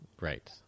Right